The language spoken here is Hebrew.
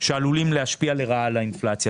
שעלולים להשפיע לרעה על האינפלציה.